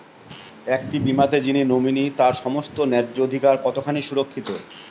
একটি বীমাতে যিনি নমিনি তার সমস্ত ন্যায্য অধিকার কতখানি সুরক্ষিত?